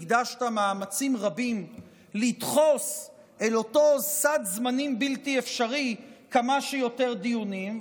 הקדשת מאמצים רבים לדחוס אל אותו סד זמנים בלתי אפשרי כמה שיותר דיונים,